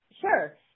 Sure